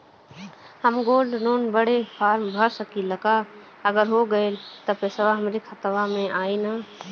हम gold loan बड़े form भर सकी ला का अगर हो गैल त पेसवा हमरे खतवा में आई ना?